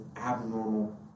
abnormal